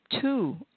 two